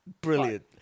Brilliant